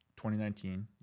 2019